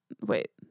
wait